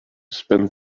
spend